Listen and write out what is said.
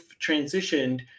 transitioned